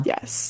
Yes